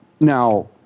now